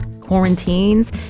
quarantines